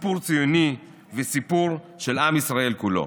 סיפור ציוני וסיפור של עם ישראל כולו.